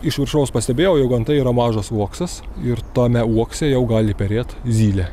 iš viršaus pastebėjau jog gamta yra mažas uoksas ir tame uokse jau gali perėt zylė